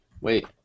Wait